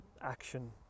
action